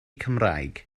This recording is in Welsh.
cymraeg